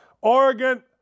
Oregon